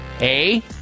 A-